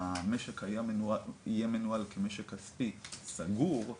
המשק יהיה מנוהל כמשק כספי סגור,